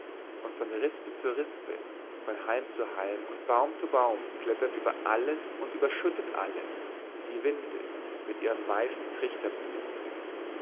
und von rispe zu rispe von halm zu halm und baum zu baum klettert über alles und überschüttet alles die winde mit ihren weißen